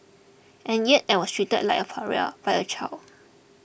and yet I was treated like a pariah by a child